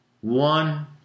one